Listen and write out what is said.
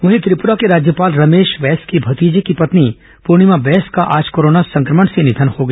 वहीं त्रिपुरा के राज्यपाल रमेश बैस के भतीजे की पत्नी पूर्णिमा बैस का आज कोरोना संक्रमण से निधन हो गया